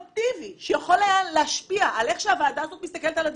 אינפורמציה שיכול היה להשפיע על איך שהוועדה מסתכלת על הדברים,